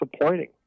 disappointing